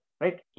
right